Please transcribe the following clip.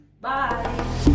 bye